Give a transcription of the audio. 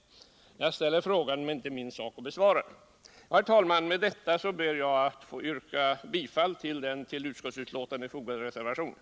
Jag ställer frågan, men det är inte min sak att besvara den. Herr talman! Med det sagda ber jag att få vrka bifall till den vid utskottsbetänkandet fogade reservationen.